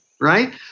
right